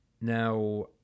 Now